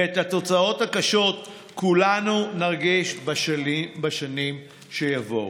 ואת התוצאות הקשות כולנו נרגיש בשנים שיבואו.